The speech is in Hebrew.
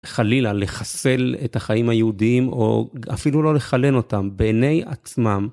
חלילה לחסל את החיים היהודיים או אפילו לא לחלן אותם בעיני עצמם.